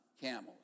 camels